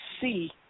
see